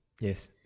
Yes